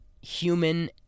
human